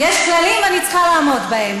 יש כללים ואני צריכה לעמוד בהם.